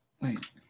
Wait